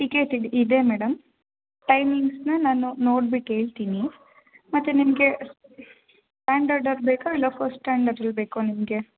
ticket ಇ ಇದೆ madam ಟೈಮಿಂಗ್ಸ್ನ ನಾನು ನೋಡ್ಬಿಟ್ಟು ಹೇಳ್ತೀನಿ ಮತ್ತು ನಿಮಗೆ ಸ್ಟ್ಯಾಂಡರ್ಡಲ್ಲಿ ಬೇಕಾ ಇಲ್ಲ ಫಸ್ಟ್ ಸ್ಟ್ಯಾಂಡರ್ಡಲ್ಲಿ ಬೇಕೋ ನಿಮಗೆ